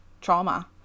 trauma